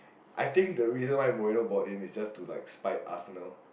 I think the reason Marina why bought him is just to like spite us you know